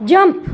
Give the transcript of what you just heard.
jump